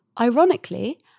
ironically